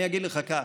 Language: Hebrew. אני אגיד לך כך: